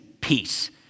Peace